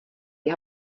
die